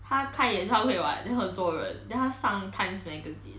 他开演唱会 [what] then 很多人 then 他上 times magazine